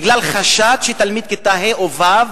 בגלל חשש שתלמיד כיתה ה' או ו'